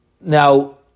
Now